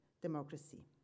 democracy